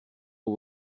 aux